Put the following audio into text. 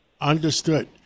understood